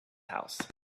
house